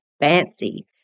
fancy